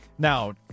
Now